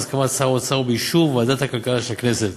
בהסכמת שר האוצר ובאישור ועדת הכלכלה של הכנסת.